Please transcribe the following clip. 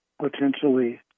potentially